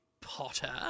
Potter